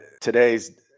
today's